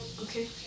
Okay